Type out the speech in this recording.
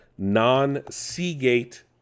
Non-Seagate